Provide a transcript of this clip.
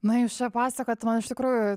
na jūs čia pasakojat man iš tikrųjų